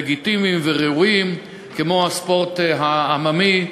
לגיטימיים וראויים, כמו הספורט העממי,